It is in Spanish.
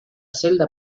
celda